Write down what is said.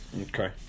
Okay